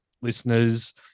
listeners